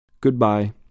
Goodbye